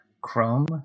chrome